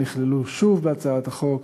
ונכללו שוב בהצעת החוק,